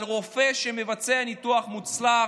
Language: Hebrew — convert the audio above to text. על רופא שמבצע ניתוח מוצלח,